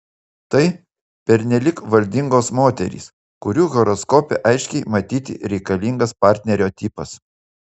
tai pernelyg valdingos moterys kurių horoskope aiškiai matyti reikalingas partnerio tipas